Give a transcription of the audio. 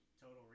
Total